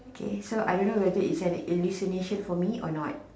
okay so I don't know whether it's an illumination for me or not